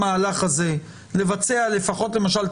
בדואר,